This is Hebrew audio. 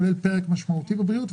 כולל פרק משמעותי בבריאות.